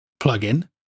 plug-in